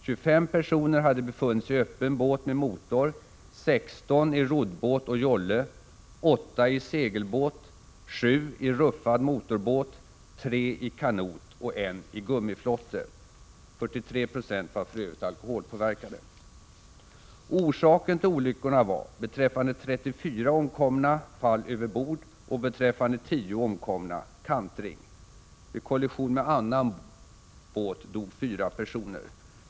25 personer hade befunnit sig i öppen båt med motor, 16 i roddbåt och jolle, 8 i segelbåt, 7 i ruffad motorbåt, 3 i kanot och 1 i gummiflotte. 43 96 var för övrigt alkoholpåverkade. Orsaken till olyckorna var beträffande 34 omkomna fall över bord och beträffande 10 omkomna kantring. Vid kollision med annan båt dog 4 personer.